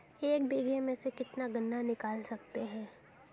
एक बीघे में से कितना गन्ना निकाल सकते हैं?